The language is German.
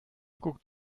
guckt